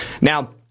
Now